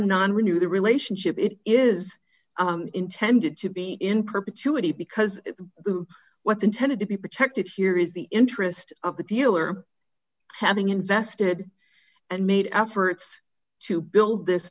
not renew the relationship it is intended to be in perpetuity because what's intended to be protected here is the interest of the dealer having invested and made efforts to build this